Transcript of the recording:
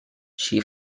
she